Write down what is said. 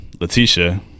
Letitia